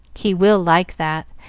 he will like that,